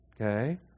okay